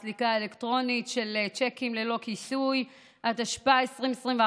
חקיקה), התשפ"א 2021,